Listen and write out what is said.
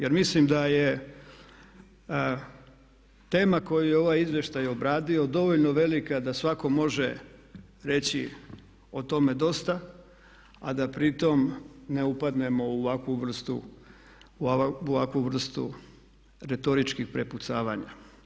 Jer mislim da je tema koju je ovaj izvještaj obradio dovoljno velika da svatko može reći o tome dosta a da pri tome ne upadnemo u ovakvu vrstu retoričkih prepucavanja.